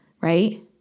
right